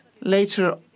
Later